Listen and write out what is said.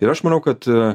ir aš manau kad